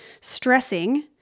stressing